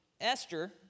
Esther